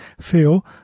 feel